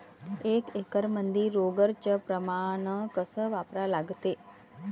एक एकरमंदी रोगर च प्रमान कस वापरा लागते?